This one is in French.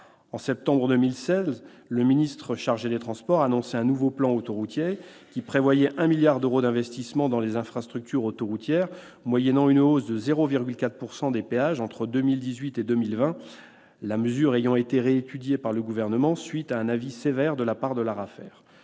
de septembre 2016, le ministre chargé des transports annonçait un nouveau plan autoroutier, qui prévoyait un milliard d'euros d'investissements dans les infrastructures autoroutières moyennant une hausse de 0,4 % des péages entre 2018 et 2020. La mesure a été réétudiée par le Gouvernement après un avis sévère de l'Arafer.